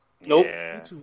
Nope